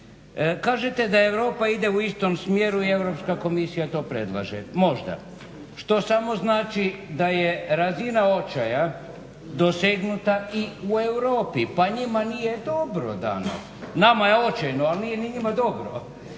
Kažete da Europa ide u istom smjeru i Europska komisija to predlaže, možda. Što samo znači da je razina očaja dosegnuta i u Europi, pa njima nije dobro danas, nama je očajno, ali nije ni njima dobro.